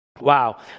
Wow